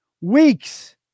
Weeks